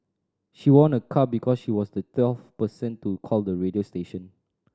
she won a car because she was the twelfth person to call the radio station